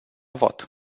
vot